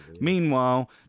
Meanwhile